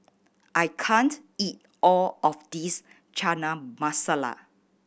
I can't eat all of this Chana Masala